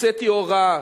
הוצאתי הוראה